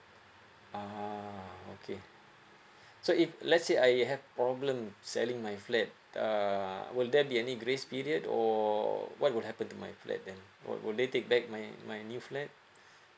ah okay so if let say I have problem selling my flat uh will there be any grace period or what would happen to my flat then would would they take back my my new flat